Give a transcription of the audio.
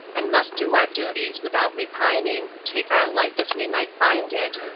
and must do our duties without repining, take our life as we might find it,